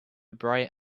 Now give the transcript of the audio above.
bright